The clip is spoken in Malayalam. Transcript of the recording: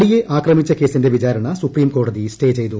നടിയെ ആക്രമിച്ച കേസിന്റെ വിചാരണ സൂപ്രീംകോടതി സ്റ്റേ ചെയ്തു